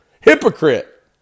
Hypocrite